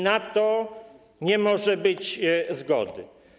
Na to nie może być zgody.